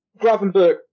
Gravenberg